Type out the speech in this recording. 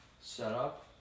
setup